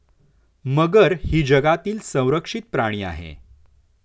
मगर ही जगातील संरक्षित प्राणी आहे